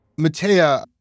Matea